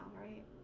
right